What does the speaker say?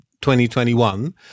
2021